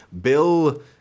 Bill